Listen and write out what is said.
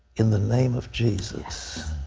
in the name of jesus.